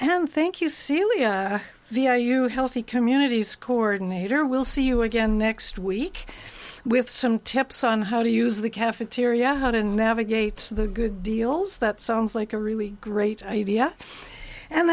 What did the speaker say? and thank you celia vi you healthy communities coordinator we'll see you again next week with some tips on how to use the cafeteria how to navigate the good deals that sounds like a really great idea and